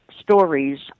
stories